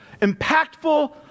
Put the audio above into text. impactful